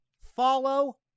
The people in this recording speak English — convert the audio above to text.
follow